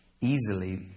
easily